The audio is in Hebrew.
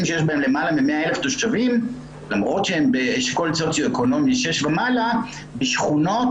שלמרות שהם באשכול סוציו אקונומי ומעלה יש אצלם שכונות